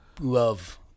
love